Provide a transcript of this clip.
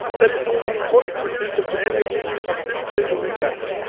that is only forty percent of the energy of this single impact.